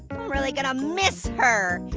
really gonna miss her.